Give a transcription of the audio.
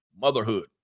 motherhood